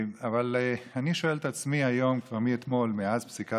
אני יודע את זה, ובגלל